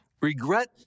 Regret